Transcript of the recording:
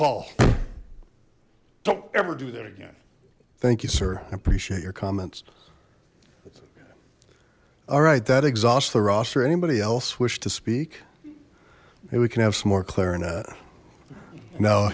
paul don't ever do that thank you sir i appreciate your comments all right that exhausts the roster anybody else wish to speak maybe we can have some more clarinet no